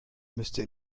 müsste